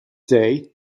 day